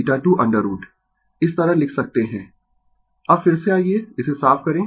Refer Slide Time 0231 अब फिर से आइये इसे साफ करें